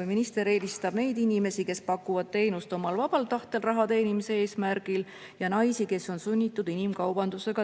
või minister eelistab neid inimesi, kes pakuvad teenust omal vabal tahtel raha teenimise eesmärgil, või naisi, kes on sunnitud inimkaubanduse